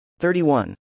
31